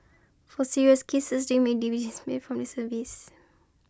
for serious cases they may dismissed from service